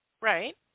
Right